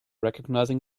recognizing